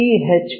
ಈ ಎಚ್